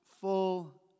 full